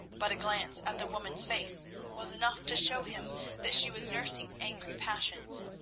but a glance at the woman's face was enough to show him that she was nursing angry passions.